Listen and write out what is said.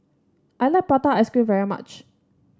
I like Prata Ice Cream very much